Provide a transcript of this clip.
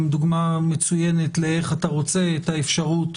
דוגמה מצוינת איך אתה רוצה את האפשרות